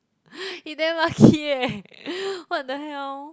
he damn lucky eh what the hell